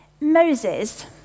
Moses